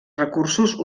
recursos